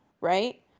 right